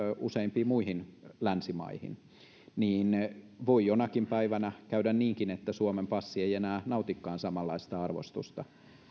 useimpiin muihin länsimaihin voi jonakin päivänä käydä niinkin että suomen passi ei enää nautikaan samanlaista arvostusta